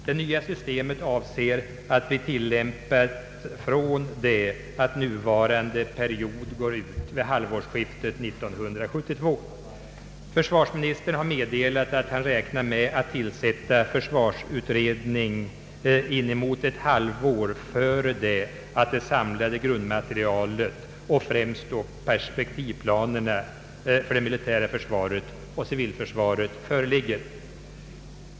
Det nya systemet avser att bli tilllämpat från det att nuvarande period går ut vid halvårsskiftet 1972. Försvarsministern har meddelat att han räknar med att tillsätta försvarsutredningen inemot ett halvår före det att det samlade grundmaterialet och främst perspektivplanerna för det militära försvaret och det civila försvaret föreligger.